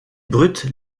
brutes